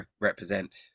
represent